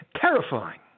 terrifying